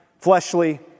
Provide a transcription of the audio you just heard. fleshly